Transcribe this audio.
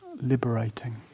liberating